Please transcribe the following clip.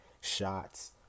shots